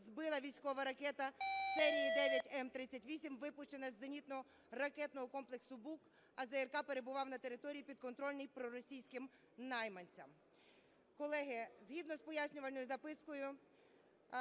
збила військова ракета серії 9М38, випущена з зенітно-ракетного комплексу "Бук", а ЗРК перебував на території, підконтрольній проросійським найманцям. Колеги, згідно з пояснювальною запискою